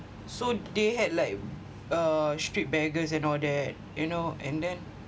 so they had like uh street beggars and all that you know and then